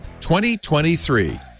2023